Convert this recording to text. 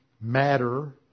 matter